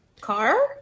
Car